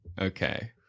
Okay